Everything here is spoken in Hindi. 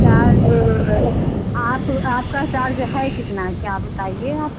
चार्ज आप आपका चार्ज है कितना क्या बताइए आप